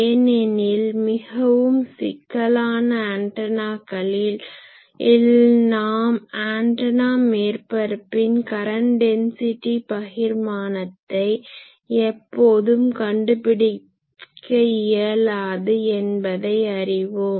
ஏனெனில் மிகவும் சிக்கலான ஆன்டனாகளில் நாம் ஆன்டனா மேற்பரப்பின் கரன்ட் டென்சிட்டி பகிர்மானத்தை எப்போதும் கண்டு பிடிக்க இயலாது என்பதை அறிவோம்